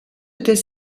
était